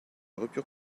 rupture